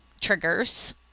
triggers